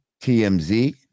TMZ